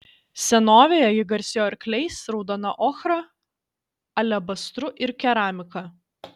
senovėje ji garsėjo arkliais raudona ochra alebastru ir keramika